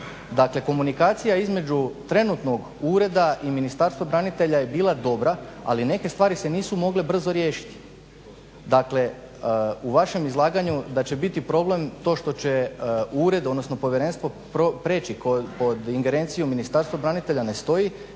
Dakle, komunikacija između trenutnog ureda i Ministarstva branitelja je bila dobra, ali neke stvari se nisu mogle brzo riješiti. Dakle, u vašem izlaganju da će biti problem to što će ured, odnosno povjerenstvo prijeći pod ingerenciju Ministarstva branitelja ne stoji